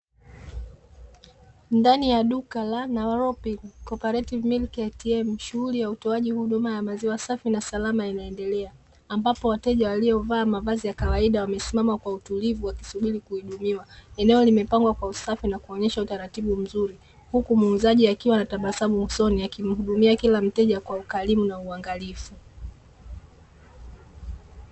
Ndani ya duka la "Naropik Cooperative Milk ATM", shughuli ya utoaji huduma ya maziwa safi na salama inaendelea, ambapo wateja waliovaa mavazi ya kawaida wamesimama kwa utulivu wakisubiri kuhudumiwa. Eneo limepangwa kwa usafi na kuonyesha utaratibu mzuri, huku muuzaji akiwa na tabasamu usoni akimhudumia kila mteja kwa ukarimu na uangalifu.